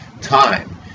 time